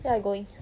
ya I going